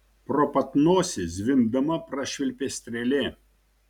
pro pat nosį zvimbdama prašvilpė strėlė